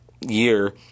year